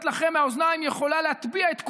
לכם מהאוזניים יכולה להטביע את כולנו,